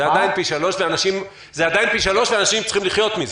זה עדיין פי שלושה ואנשים צריכים לחיות מזה.